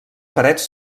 parets